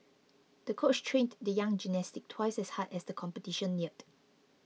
the coach trained the young gymnast twice as hard as the competition neared